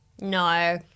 No